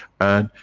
and,